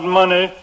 money